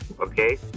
Okay